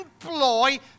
employ